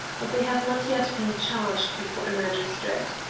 but they have not yet been charged before a magistrate.